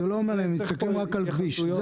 הם מסתכלים רק על הכביש.